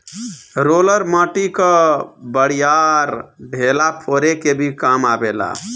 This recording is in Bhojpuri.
रोलर माटी कअ बड़ियार ढेला फोरे के भी काम आवेला